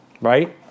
right